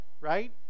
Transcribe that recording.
right